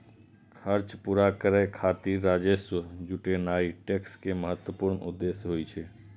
खर्च पूरा करै खातिर राजस्व जुटेनाय टैक्स के महत्वपूर्ण उद्देश्य होइ छै